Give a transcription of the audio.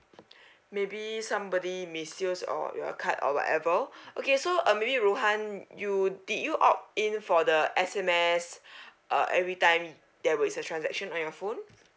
maybe somebody misuse or your card or whatever okay so uh maybe rohan you did you opt in for the S_M_S uh every time there was a transaction on your phone